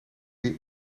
die